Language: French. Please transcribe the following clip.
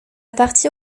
partie